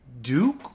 Duke